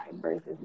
versus